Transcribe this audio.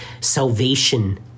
salvation